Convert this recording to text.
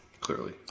clearly